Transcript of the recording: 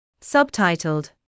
Subtitled